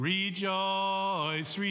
Rejoice